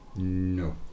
No